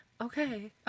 Okay